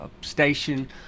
station